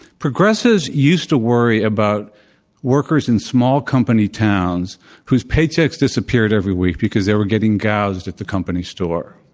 progressives used to worry about workers in small company towns whose paychecks disappeared every week because they were getting gauged at the company store.